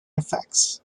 effects